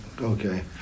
okay